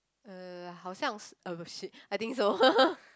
uh 好像 !oh shit! I think so